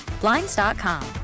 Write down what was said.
Blinds.com